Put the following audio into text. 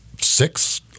six